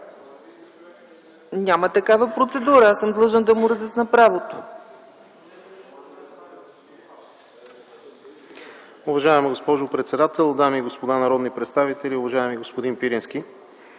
Няма такава процедура. Аз съм длъжна да му разясня правото.